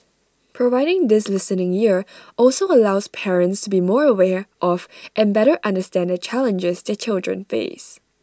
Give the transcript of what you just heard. providing this listening ear also allows parents to be more aware of and better understand the challenges their children face